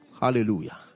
Hallelujah